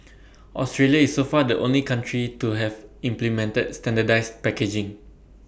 Australia is so far the only country to have implemented standardised packaging